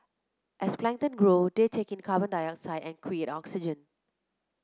as plankton grow they take in carbon dioxide and create oxygen